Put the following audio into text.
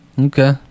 okay